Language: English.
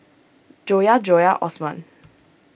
Joyah Joyah Osman